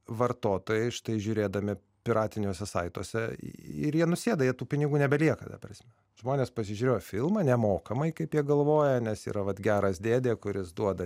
vartotojai štai žiūrėdami piratiniuose saituose ir jie nusėda ir tų pinigų nebelieka ta prasme žmonės pasižiūrėjo filmą nemokamai kaip jie galvoja nes yra vat geras dėdė kuris duoda